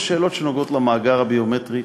יש שאלות שנוגעות למאגר הביומטרי,